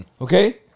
Okay